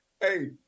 Hey